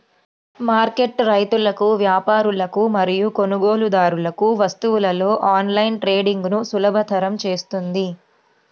market రైతులకు, వ్యాపారులకు మరియు కొనుగోలుదారులకు వస్తువులలో ఆన్లైన్ ట్రేడింగ్ను సులభతరం చేస్తుంది